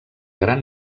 gran